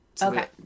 Okay